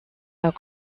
are